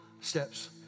steps